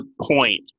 point